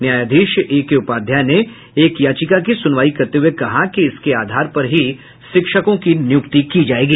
न्यायाधीश एके उपाध्याय ने एक याचिका की सुनवाई करते हुए कहा कि इसके आधार पर ही शिक्षकों की नियुक्ति की जायेगी